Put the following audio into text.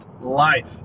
Life